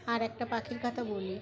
আর একটা পাখির কথা বলি